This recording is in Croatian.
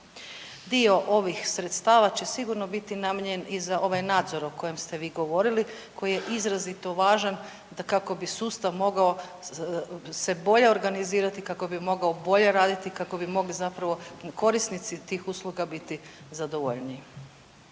Dio ovih sredstava će sigurno biti namijenjen i za ovaj nadzor o kojem ste vi govorili koji je izrazito važan kako bi sustav mogao se bolje organizirati kako bi mogao bolje raditi kako bi mogli zapravo korisnici tih usluga biti zadovoljeni.